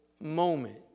moment